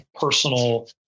personal